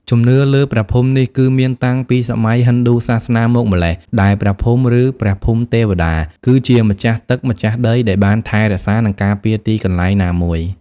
ជំនឿលើព្រះភូមិនេះគឺមានតាំងពីសម័យហិណ្ឌូសាសនាមកម្ល៉េះ ដែលព្រះភូមិ ឬ ព្រះភូមិទេវតា គឺជាម្ចាស់ទឹកម្ចាស់ដីដែលបានថែរក្សា និងការពារទីកន្លែងណាមួយ។